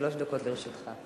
שלוש דקות לרשותך.